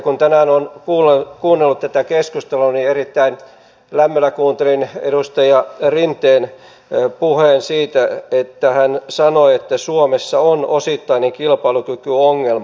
kun tänään olen kuunnellut tätä keskustelua niin erittäin lämmöllä kuuntelin edustaja rinteen puheen jossa hän sanoi että suomessa on osittainen kilpailukykyongelma